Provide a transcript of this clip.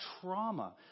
trauma